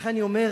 ולכן אני אומר,